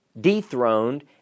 dethroned